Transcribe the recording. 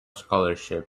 scholarship